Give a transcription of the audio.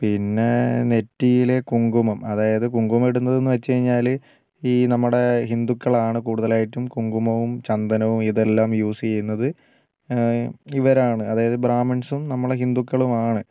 പിന്നെ നെറ്റിയിൽ കുങ്കുമം അതായത് കുങ്കുമം ഇടുന്നതെന്നു വച്ച് കഴിഞ്ഞാൽ ഈ നമ്മുടെ ഹിന്ദുക്കളാണ് കൂടുതലായിട്ടും കുങ്കുമവും ചന്ദനവും ഇതെല്ലാം യൂസ് ചെയ്യുന്നത് ഇവരാണ് അതായത് ബ്രാഹ്മിൺസും നമ്മൾ ഹിന്ദുക്കളുമാണ്